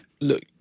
look